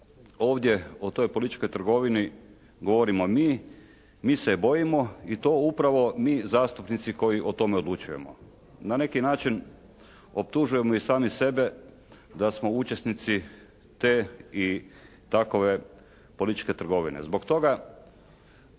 ovdje o toj političkoj trgovini govorimo mi. Mi se bojimo i to upravo mi zastupnici koji o tome odlučujemo. Na neki način optužujemo i sami sebi da smo učesnici te i takove političke trgovine.